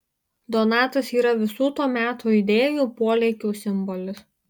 donatas yra visų to meto idėjų polėkių simbolis